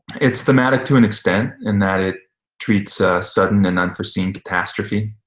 it's thematic to an extent, in that it treats a sudden and unforeseen catastrophe.